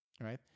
right